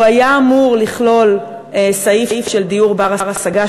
הוא היה אמור לכלול סעיף של דיור בר-השגה,